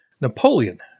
Napoleon